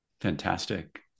Fantastic